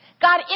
God